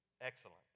Excellent